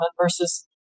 versus